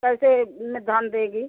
कैसे में धान देगी